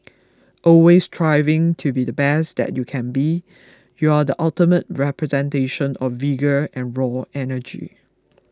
always striving to be the best that you can be you are the ultimate representation of vigour and raw energy